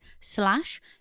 slash